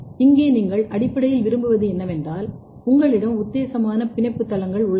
இங்கே நீங்கள் அடிப்படையில் விரும்புவது என்னவென்றால் உங்களிடம் உத்தேசமான பிணைப்பு தளங்கள் உள்ளன